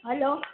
hello